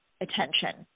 attention